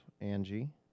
Angie